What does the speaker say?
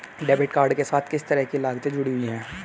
Debit card के साथ किस तरह की लागतें जुड़ी हुई हैं?